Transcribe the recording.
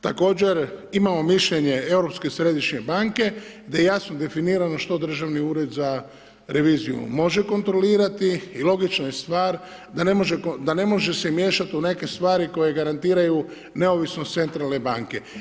Također imamo mišljenje Europske Središnje banke gdje je jasno definirano što Državni ured za reviziju može kontrolirati i logična je stvar da ne može se miješati u neke stvari koje garantiraju neovisnost Centralne banke.